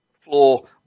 floor